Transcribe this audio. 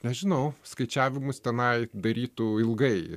nežinau skaičiavimus tenai darytų ilgai